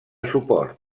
suport